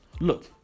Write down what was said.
look